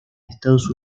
estados